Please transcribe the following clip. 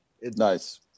Nice